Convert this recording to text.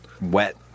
wet